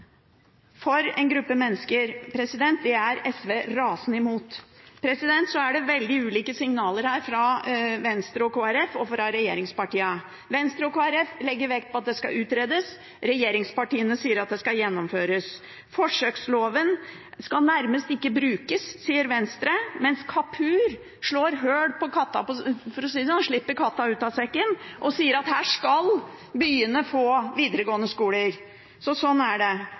for en gruppe mennesker. Det er SV rasende imot! Så er det veldig ulike signaler her fra Venstre og Kristelig Folkeparti og fra regjeringspartiene. Venstre og Kristelig Folkeparti legger vekt på at det skal utredes, regjeringspartiene sier at det skal gjennomføres. Forsøksloven skal nærmest ikke brukes, sier Venstre, mens representanten Kapur slipper katta ut av sekken – for å si det slik – og sier at her skal byene få ansvaret for videregående skoler, så slik er det.